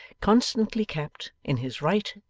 constantly kept, in his right,